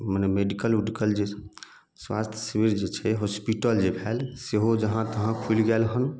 मने मेडिकल ओडकिल जे स्वास्थय सिबिर जे छै होस्पिटल जे भेल सेहो जहाँ तहाँ खुलि गेल हन